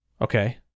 Okay